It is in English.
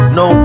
no